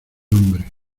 hombre